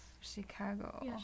Chicago